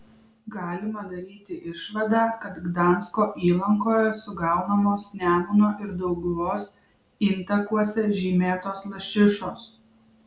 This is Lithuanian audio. galima daryti išvadą kad gdansko įlankoje sugaunamos nemuno ir dauguvos intakuose žymėtos lašišos